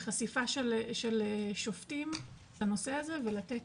החשיפה של שופטים לנושא הזה ולתת